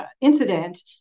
incident